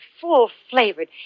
full-flavored